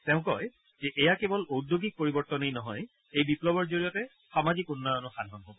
তেওঁ কয় যে এয়া কেৱল ঔদ্যোগিক পৰিৱৰ্তনেই নহয় এই বিপ্লৱৰ জৰিয়তে সামাজিক উন্নয়নো সাধন হব